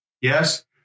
Yes